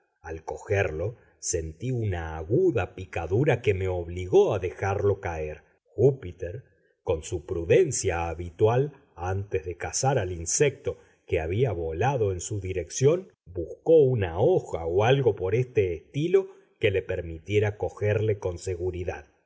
al cogerlo sentí una aguda picadura que me obligó a dejarlo caer júpiter con su prudencia habitual antes de cazar al insecto que había volado en su dirección buscó una hoja o algo por este estilo que le permitiera cogerlo con seguridad